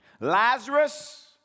Lazarus